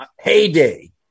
heyday